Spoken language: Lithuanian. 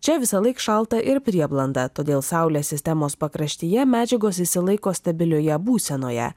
čia visąlaik šalta ir prieblanda todėl saulės sistemos pakraštyje medžiagos išsilaiko stabilioje būsenoje